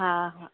हा हा